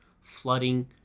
flooding